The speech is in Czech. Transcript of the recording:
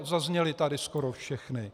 Zazněly tady skoro všechny.